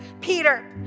Peter